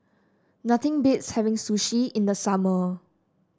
nothing beats having Sushi in the summer